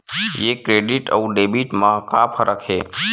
ये क्रेडिट आऊ डेबिट मा का फरक है?